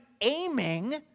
aiming